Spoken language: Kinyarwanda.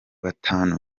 batanu